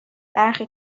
برخی